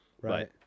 Right